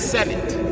Senate